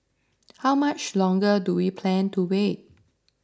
how much longer do we plan to wait